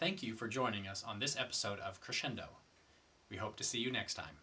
thank you for joining us on this episode of crescendo we hope to see you next time